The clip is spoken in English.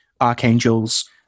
archangels